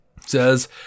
says